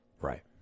Right